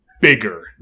bigger